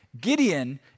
Gideon